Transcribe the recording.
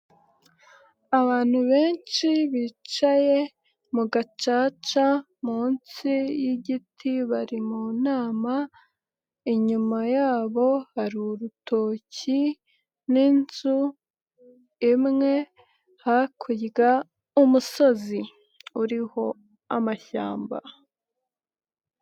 Abantu benshi bicaye, mu gacaca munsi y'igiti bari mu nama, inyuma yabo hari urutoki n'inzu, imwe hakurya umusozi, uriho amashyamba.